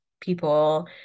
people